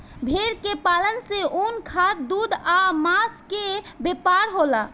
भेड़ के पालन से ऊन, खाद, दूध आ मांस के व्यापार होला